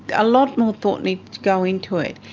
a lot more thought needs to go into it.